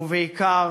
ובעיקר